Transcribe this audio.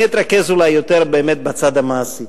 אני אתרכז אולי יותר בצד המעשי.